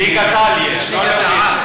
ליגת-על יש, ליגת-העל.